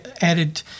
added